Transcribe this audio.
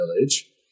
village